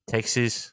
Texas